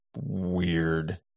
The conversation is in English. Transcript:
weird